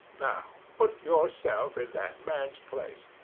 now put yourself in that man's place.